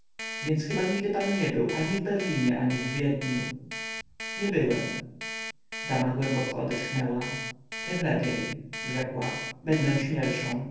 więc chyba nigdy pan nie był ani w berlinie ani w wiedniu nie byłem dama głęboko odetchnęła temlepiej rzekła będę śmielszą